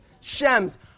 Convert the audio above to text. Shem's